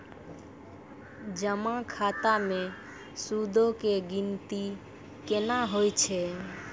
जमा खाता मे सूदो के गिनती केना होय छै?